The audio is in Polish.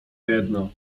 jedno